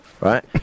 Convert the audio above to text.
right